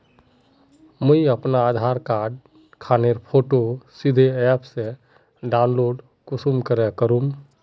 मुई अपना आधार कार्ड खानेर फोटो सीधे ऐप से डाउनलोड कुंसम करे करूम?